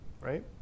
right